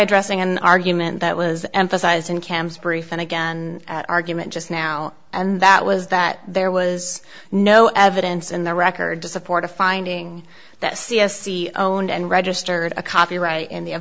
addressing an argument that was emphasized in cam's brief and again argument just now and that was that there was no evidence in the record to support a finding that c s e own and registered a copyright in